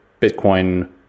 Bitcoin